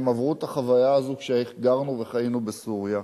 הם עברו את החוויה הזו כשגרנו וחיינו בסוריה.